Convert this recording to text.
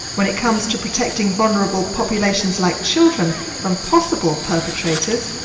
when it comes to protecting vulnerable populations like children from possible perpetrators,